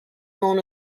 known